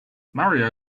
mario